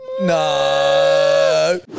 No